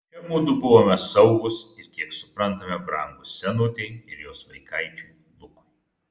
čia mudu buvome saugūs ir kiek suprantame brangūs ir senutei ir jos vaikaičiui lukui